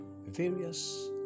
Various